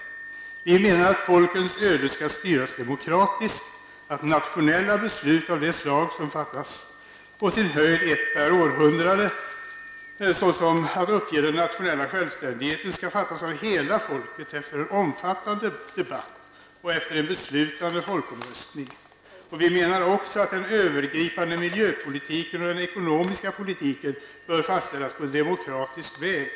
Vi menar att folkens öden skall styras demokratiskt, att nationella beslut av det slag som fattas på sin höjd ett per århundrade, såsom att uppge den nationella självständigheten, skall fattas av hela folket efter en omfattande debatt och genom en beslutande folkomröstning. Vi menar också att den övergripande miljöpolitiken och den ekonomiska politiken bör fastställas på demokratisk väg.